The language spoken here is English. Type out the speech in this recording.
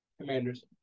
Commanders